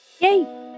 yay